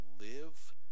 live